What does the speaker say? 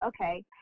okay